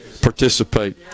participate